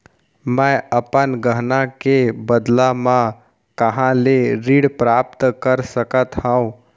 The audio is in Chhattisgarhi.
मै अपन गहना के बदला मा कहाँ ले ऋण प्राप्त कर सकत हव?